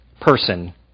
person